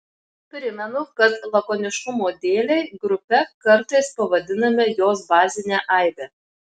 primenu kad lakoniškumo dėlei grupe kartais pavadiname jos bazinę aibę